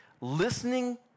listening